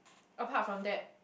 apart from that